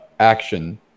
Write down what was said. Action